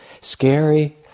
scary